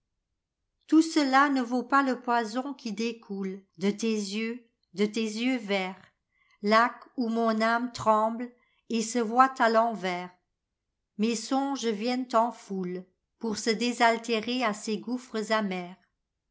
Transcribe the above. tout cela ne vaut pas le poison qui découlede tes yeux de tes yeux verts lacs où mon âme tremble et se voit à l'envers mes songes viennent en foule pour se désaltérer à ces gouffres amers